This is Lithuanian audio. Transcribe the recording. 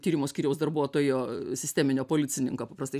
tyrimo skyriaus darbuotojo sisteminio policininko paprastai